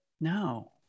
No